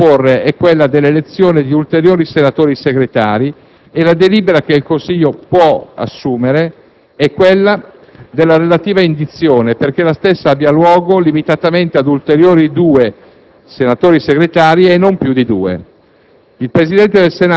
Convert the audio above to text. La richiesta da proporre è quella dell'elezione di ulteriori senatori Segretari e la delibera che il Consiglio può assumere è quella della relativa indizione, perché la stessa abbia luogo, limitatamente ad ulteriori due senatori Segretari, e non più di due.